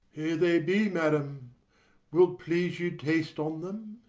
here they be, madam wilt please you taste on them?